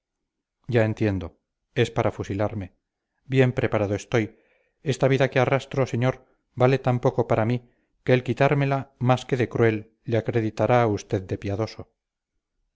ya entiendo es para fusilarme bien preparado estoy esta vida que arrastro señor vale tan poco para mí que el quitármela más que de cruel le acreditará a usted de piadoso